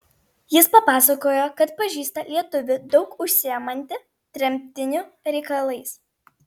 jis papasakojo kad pažįsta lietuvį daug užsiimantį tremtinių reikalais